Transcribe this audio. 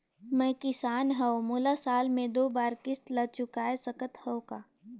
मैं किसान हव मोला साल मे दो बार किस्त ल चुकाय सकत हव का?